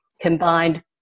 combined